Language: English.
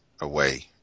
away